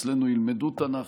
אצלנו ילמדו תנ"ך,